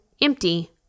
empty